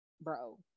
bro